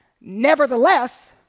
Nevertheless